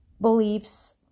beliefs